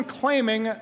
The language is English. claiming